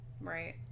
Right